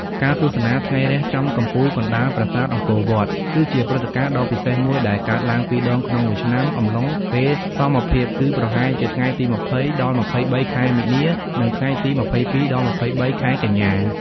ការទស្សនាថ្ងៃរះចំកំពូលកណ្តាលប្រាសាទអង្គរវត្ត គឺជាព្រឹត្តិការណ៍ដ៏ពិសេសមួយដែលកើតឡើងពីរដងក្នុងមួយឆ្នាំអំឡុងពេលសមភាព គឺប្រហែលជាថ្ងៃទី ២០ ដល់ ២៣ ខែមីនា និងថ្ងៃទី ២២ ដល់ ២៣ ខែកញ្ញា។